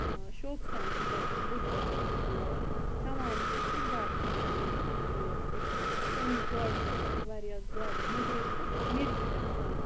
شوق سان چھِ تَتِکۍ لُکھ گَژھان تور ہیٚوان تہِ چھِ گَر تہِ چھِ اَنان تروٹ فِش تِم گاڈٕ چھِ واریاہ زیادٕ مٔدرٕ تہِ مٔچھِ تہِ چھِ گَژھان